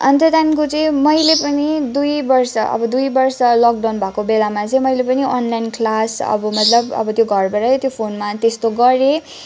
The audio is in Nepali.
अन्त त्यहाँदेखिको चाहिँ मैले पनि दुई वर्ष अब दुई वर्ष लकडउन भएको बेलामा चाहिँ मैले पनि अनलाइन क्लास अब मतलब अब घरबाटै त्यो फोनमा त्यस्तो गरेँ